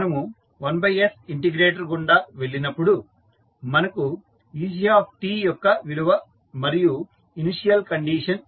మనము 1s integrator గుండా వెళ్ళినప్పుడు మనకు ec యొక్క విలువ మరియు ఇనీషియల్ కండిషన్ లభిస్తుంది